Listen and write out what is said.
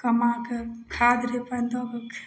कमाके खाद रे पानि दऽ के